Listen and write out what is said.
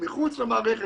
מחוץ למערכת.